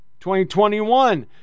2021